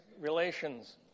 relations